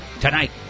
tonight